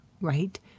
right